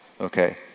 okay